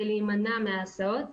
כדי להימנע מההסעות,